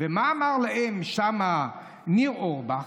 ומה אמר להם שם ניר אורבך?